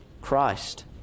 Christ